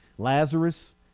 Lazarus